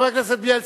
חבר הכנסת בילסקי,